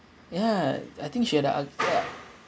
ya I think she had a uh ya